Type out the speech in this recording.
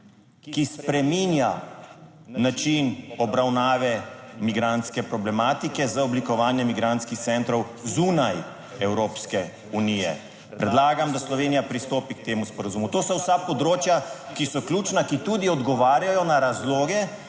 Ki spreminja način obravnave migrantske problematike z oblikovanjem migrantskih centrov zunaj Evropske unije. Predlagam, da Slovenija pristopi k temu sporazumu. To so vsa področja, ki so ključna, ki tudi odgovarjajo na razloge,